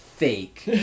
Fake